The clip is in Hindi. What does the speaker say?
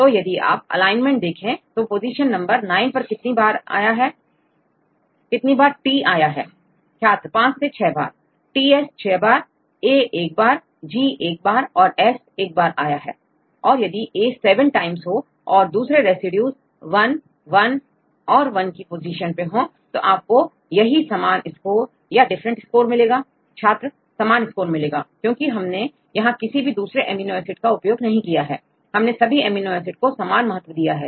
तो यदि आप एलाइनमेंट देखें तो पोजीशन नंबर नाइन पर कितनी बारT आया है छात्र 5 से6 बार Ts 6 बार A एक बार G एक और S एक बार और यदि A 7 टाइम्स हो और दूसरे रेसिड्यूज 1 1 1 तो आपको यही समान स्कोर या डिफरेंट स्कोर मिलेगा Student छात्र समान स्कोर मिलेगा क्योंकि हमने यहां किसी भी दूसरे अमीनो एसिड का उपयोग नहीं किया है हमने सभी अमीनो एसिड को समान महत्व दिया है